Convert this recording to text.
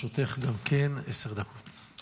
גם לרשותך עשר דקות.